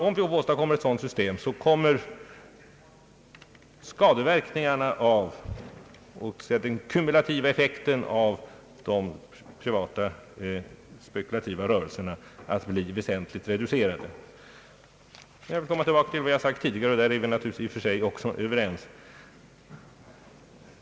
Om vi åstadkommer ett sådant system så kommer skadeverkningarna och den kumulativa effekten av de privata spekulativa rörelserna att väsentligt reduceras. Jag vill komma tillbaka till vad jag sagt tidigare — och därvidlag är vi naturligtvis också överens.